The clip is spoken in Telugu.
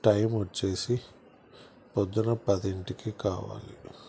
టైం వచ్చేసి పొద్దున పదింటికి కావాలి